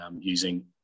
using